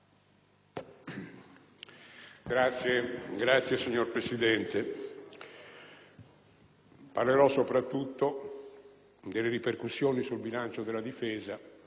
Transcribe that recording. *(PdL)*. Signor Presidente, parlerò soprattutto delle ripercussioni sul bilancio della difesa